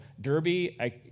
Derby